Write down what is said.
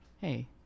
hey